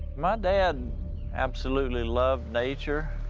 my dad absolutely loved nature,